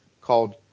called